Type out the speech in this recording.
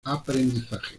aprendizaje